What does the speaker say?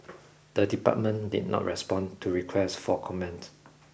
the department did not respond to requests for comment